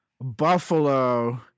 Buffalo